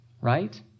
right